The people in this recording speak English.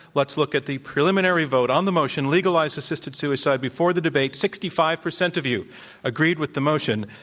let's look at the preliminary vote on the motion legalize assisted suicide. before the debate, sixty five percent of you agreed with the motion.